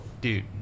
dude